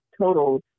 total